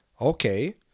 Okay